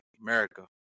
America